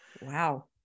wow